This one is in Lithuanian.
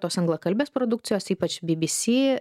tos anglakalbės produkcijos ypač bbc